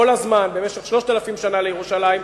כל הזמן, במשך 3,000 שנה לירושלים.